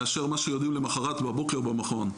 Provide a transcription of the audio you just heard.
מאשר מה שיודעים למחרת בבוקר במכון.